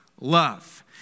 Love